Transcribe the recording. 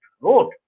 road